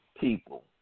people